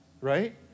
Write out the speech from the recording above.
Right